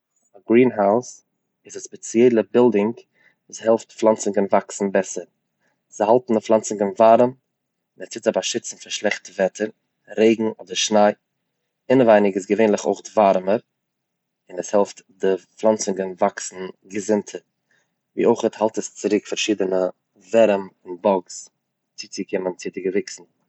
א גרינהויז איז א ספעציעלע בילדינג וואס העלפט פלאנצונגען וואקסן בעסער, זיי האלטן פלאנצונגען ווארעם, עס טוט זיי באשיצן פון שלעכטע וועטער, רעגן, פון שניי, אינעווייניג איז געווענליך אויך ווארעמער און עס העלפט די פלאנצונגן וואקסן געזונטער, ווי אויכעט האלט עס צוריק פארשידענע ווערים און באגס צוצוקומען צו די געוויקסן.